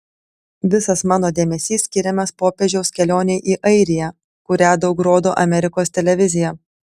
visas mano dėmesys skiriamas popiežiaus kelionei į airiją kurią daug rodo amerikos televizija